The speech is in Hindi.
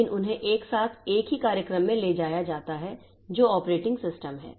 लेकिन उन्हें एक साथ एक ही कार्यक्रम में ले जाया जाता है जो ऑपरेटिंग सिस्टम है